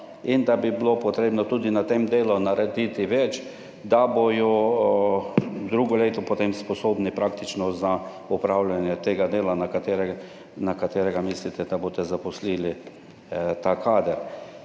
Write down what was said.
in da bi bilo potrebno tudi na tem delu narediti več, da bodo drugo leto potem sposobni praktično za opravljanje tega dela , a katerega, na katerega mislite, da boste zaposlili ta kader.